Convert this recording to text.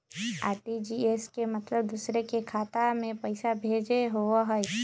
RTGS के मतलब दूसरे के खाता में पईसा भेजे होअ हई?